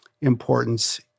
importance